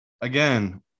again